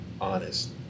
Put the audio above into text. honest